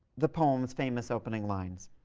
the poem's famous opening lines?